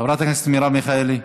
חברת הכנסת מרב מיכאלי,